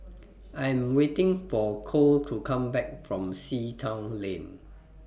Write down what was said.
I Am waiting For Kole to Come Back from Sea Town Lane